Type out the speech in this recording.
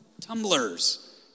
Tumblers